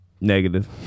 Negative